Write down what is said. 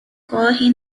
corre